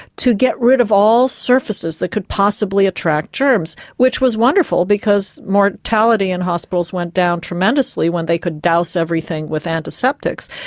to get rid of all surfaces that could possibly attract germs, which was wonderful because mortality in hospitals went down tremendously when they could douse everything with antiseptics.